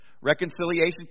Reconciliation